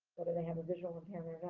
whether they have a visual impairment and